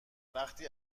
وقتی